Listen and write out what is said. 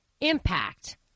impact